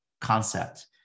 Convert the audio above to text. concept